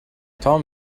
tom